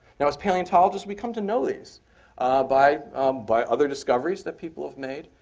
now, as paleontologists we come to know these by by other discoveries that people have made,